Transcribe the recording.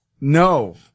No